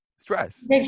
stress